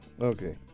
Okay